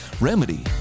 remedy